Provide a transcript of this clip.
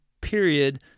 period